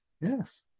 Yes